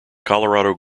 colorado